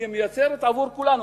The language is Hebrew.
היא מייצרת עבור כולנו.